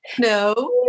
no